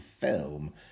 film